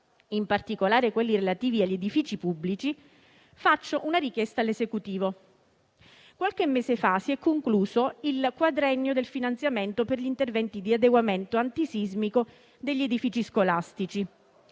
in particolare relativi agli edifici pubblici, faccio una richiesta all'Esecutivo. Qualche mese fa si è concluso il quadriennio del finanziamento per gli interventi di adeguamento antisismico degli edifici scolastici